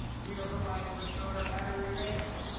we were provided with counter battery radar.